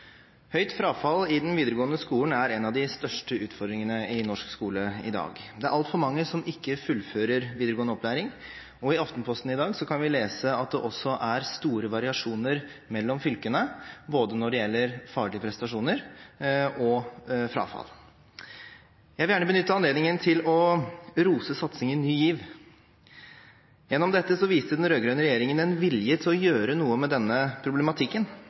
Høyt frafall i den videregående skolen er en av de største utfordringene i norsk skole i dag. Det er altfor mange som ikke fullfører videregående opplæring. I Aftenposten i dag kan vi lese at det også er store variasjoner mellom fylkene både når det gjelder faglige prestasjoner og frafall. Jeg vil gjerne benytte anledningen til å rose satsingen Ny GIV. Gjennom dette viste den rød-grønne regjeringen en vilje til å gjøre noe med denne problematikken,